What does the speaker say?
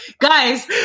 Guys